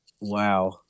Wow